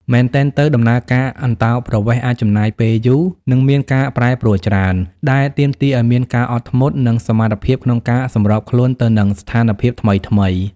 មែនទែនទៅ ដំណើរការអន្តោប្រវេសន៍អាចចំណាយពេលយូរ និងមានការប្រែប្រួលច្រើន ដែលទាមទារឱ្យមានការអត់ធ្មត់ និងសមត្ថភាពក្នុងការសម្របខ្លួនទៅនឹងស្ថានភាពថ្មីៗ។